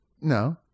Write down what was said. No